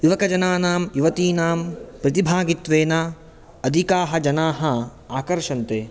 युवकजनानां युवतीनां प्रतिभागित्वेन अधिकाः जनाः आकर्षन्ते